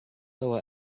lower